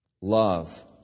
Love